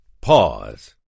pause